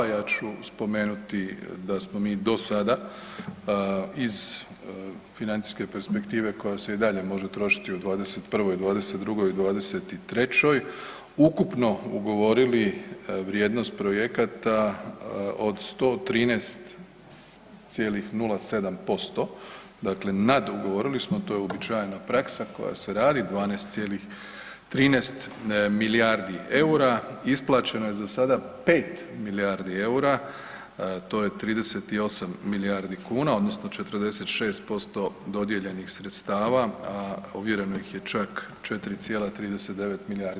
Ja ću spomenuti da smo mi do sada iz financijske perspektive koja se i dalje može trošiti u '21., '22. i '23. ukupno ugovorili vrijednost projekata od 113,07%, dakle nadugovorili smo, to je uobičajena praksa koja se radi, 12,13 milijardi EUR-a isplaćeno je za sada 5 milijardi EUR-a, to je 38 milijardi kuna odnosno 46% dodijeljenih sredstava, a ovjereno ih je čak 4,39 milijardi.